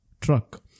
truck